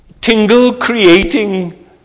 tingle-creating